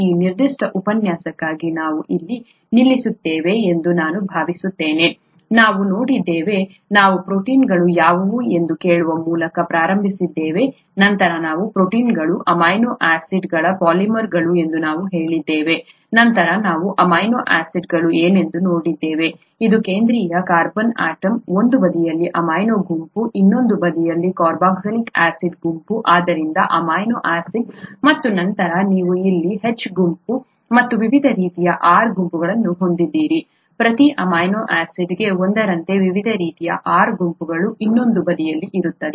ಈ ನಿರ್ದಿಷ್ಟ ಉಪನ್ಯಾಸಕ್ಕಾಗಿ ನಾವು ಇಲ್ಲಿ ನಿಲ್ಲಿಸುತ್ತೇವೆ ಎಂದು ನಾನು ಭಾವಿಸುತ್ತೇನೆ ನಾವು ನೋಡಿದ್ದೇವೆ ನಾವು ಪ್ರೋಟೀನ್ಗಳು ಯಾವುವು ಎಂದು ಕೇಳುವ ಮೂಲಕ ಪ್ರಾರಂಭಿಸಿದ್ದೇವೆ ನಂತರ ನಾವು ಪ್ರೋಟೀನ್ಗಳು ಅಮೈನೋ ಆಸಿಡ್ಗಳ ಪಾಲಿಮರ್ಗಳು ಎಂದು ನಾವು ಹೇಳಿದೆವು ನಂತರ ನಾವು ಅಮೈನೋ ಆಸಿಡ್ಗಳು ಏನೆಂದು ನೋಡಿದ್ದೇವೆ ಇದು ಕೇಂದ್ರೀಯ ಕಾರ್ಬನ್ ಆಟಮ್ ಒಂದು ಬದಿಯಲ್ಲಿ ಅಮೈನೋ ಗುಂಪು ಇನ್ನೊಂದು ಬದಿಯಲ್ಲಿ ಕಾರ್ಬಾಕ್ಸಿಲಿಕ್ ಆಸಿಡ್ ಗುಂಪು ಆದ್ದರಿಂದ ಅಮೈನೋ ಆಸಿಡ್ ಮತ್ತು ನಂತರ ನೀವು ಇಲ್ಲಿ H ಗುಂಪು ಮತ್ತು ವಿವಿಧ ರೀತಿಯ R ಗುಂಪುಗಳನ್ನು ಹೊಂದಿದ್ದೀರಿ ಪ್ರತಿ ಅಮೈನೋ ಆಸಿಡ್ಗೆ ಒಂದರಂತೆ ವಿವಿಧ ರೀತಿಯ R ಗುಂಪುಗಳು ಇನ್ನೊಂದು ಬದಿಯಲ್ಲಿ ಇರುತ್ತವೆ